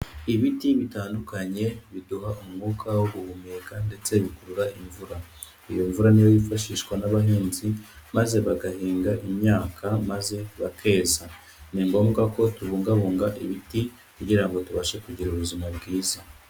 Ibiti bitandukanye biduha umwuka wo guhumeka ndetse bikurura imvura. Iyo mvura niyo yifashishwa n'abahinzi maze bagahinga imyaka maze bakeza. Ni ngombwa ko tubungabunga ibiti kugira ngo tubashe kugira ubuzima bwiza.